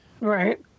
Right